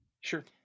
Sure